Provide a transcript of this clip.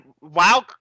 Wow